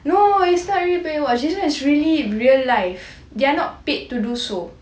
no it's not really bay watch this [one] is really real life they're not paid to do o